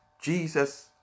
Jesus